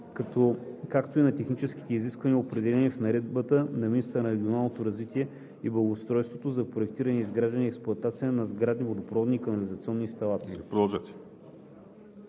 както и на техническите изисквания, определени в наредбата на министъра на регионалното развитие и благоустройството за проектиране, изграждане и експлоатация на сградни водопроводни и канализационни инсталации.“